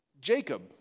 Jacob